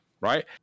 right